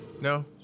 No